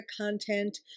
content